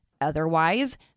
Otherwise